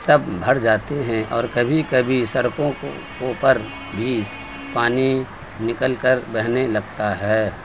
سب بھر جاتے ہیں اور کبھی کبھی سڑکوں پر بھی پانی نکل کر بہنے لگتا ہے